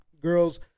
girls